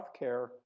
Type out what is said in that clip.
healthcare